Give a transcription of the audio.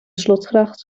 slotgracht